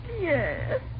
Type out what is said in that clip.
Yes